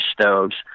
stoves